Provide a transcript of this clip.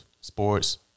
sports